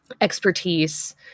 expertise